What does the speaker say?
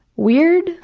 weird